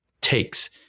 takes